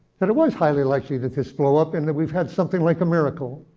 that it was highly likely that this blow up and that we've had something like a miracle.